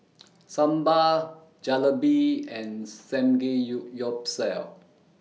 Sambar Jalebi and Samgeyuyopsal